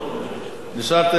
נשארת יחיד במערכה.